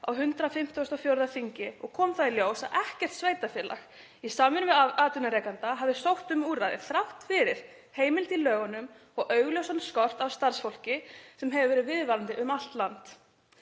á 154. þingi og kom þá í ljós að ekkert sveitarfélag í samvinnu við atvinnurekanda hafði sótt um úrræðið þrátt fyrir heimild í lögunum og augljósan skort á starfsfólki sem hefur verið viðvarandi um allt land.